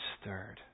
stirred